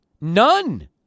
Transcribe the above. None